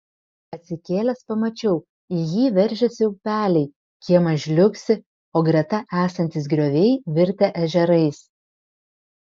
atsikėlęs pamačiau į jį veržiasi upeliai kiemas žliugsi o greta esantys grioviai virtę ežerais